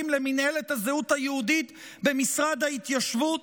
למינהלת הזהות היהודית במשרד ההתיישבות,